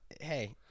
Hey